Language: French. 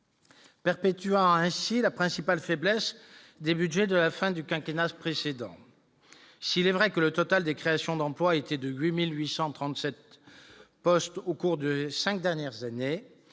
Perpétuant ainsi la principale faiblesse des Budgets de la fin du quinquennat précédent s'il est vrai que le total des créations d'emploi était de 8837 postes au cours de ces 5 dernières années,